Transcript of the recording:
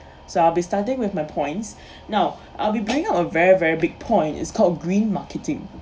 so I'll be starting with my points now I'll be bringing up a very very big point is called green marketing